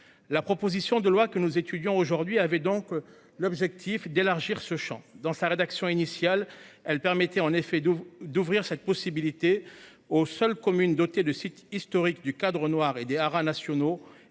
La proposition de loi que nous étudions aujourd'hui avait donc l'objectif d'élargir ce champ dans sa rédaction initiale. Elle permettait en effet de d'ouvrir cette possibilité aux seules communes dotées de sites historiques du Cadre Noir et des haras nationaux